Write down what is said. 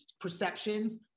perceptions